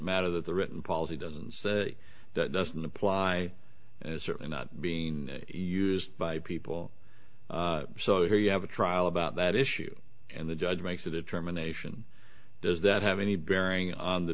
matter that the written policy doesn't say that doesn't apply and is certainly not being used by people so here you have a trial about that issue and the judge makes a determination does that have any bearing on the